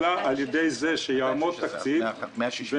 אלא על ידי זה שיעמוד תקציב כך שנוכל